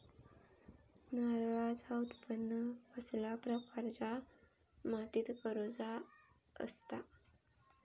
नारळाचा उत्त्पन कसल्या प्रकारच्या मातीत करूचा असता?